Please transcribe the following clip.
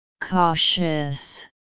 Cautious